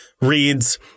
reads